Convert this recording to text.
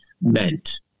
meant